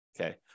okay